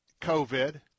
COVID